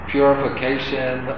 Purification